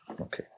Okay